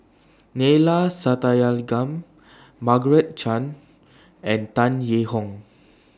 Neila Sathyalingam Margaret Chan and Tan Yee Hong